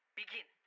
begin